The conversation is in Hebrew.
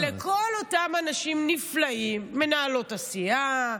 ולכל אותם אנשים נפלאים, מנהלות הסיעה,